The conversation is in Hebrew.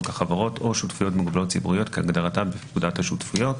החברות או שותפות מוגבלת ציבורית כהגדרתה בפקודת השותפויות.